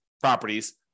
properties